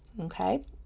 Okay